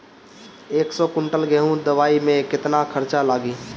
एक सौ कुंटल गेहूं लदवाई में केतना खर्चा लागी?